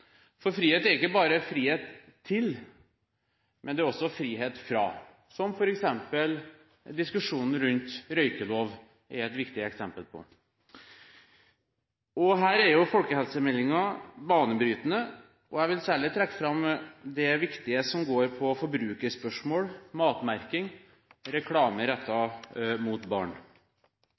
for frihet er ikke bare frihet til, det er også frihet fra, noe diskusjonen rundt røykeloven er et viktig eksempel på. Her er folkehelsemeldingen banebrytende. Jeg vil særlig trekke fram det som er viktig, som går på forbrukerspørsmål, matmerking og reklame rettet mot barn.